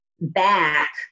back